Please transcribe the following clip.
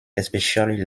especially